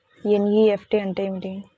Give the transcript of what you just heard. NEFT అంటే ఏమిటి?